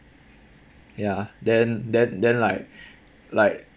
ya then then then like like